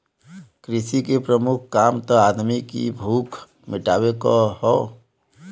कृषि के प्रमुख काम त आदमी की भूख मिटावे क हौ